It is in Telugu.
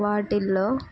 వాటిల్లో